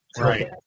Right